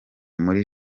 muri